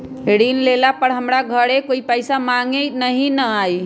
ऋण लेला पर हमरा घरे कोई पैसा मांगे नहीं न आई?